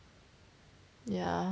yeah